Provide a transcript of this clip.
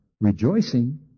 rejoicing